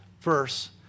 verse